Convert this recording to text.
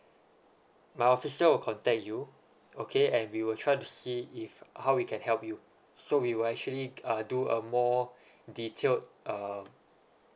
my officer will contact you okay and we will try to see if how we can help you so we will actually uh do a more detailed uh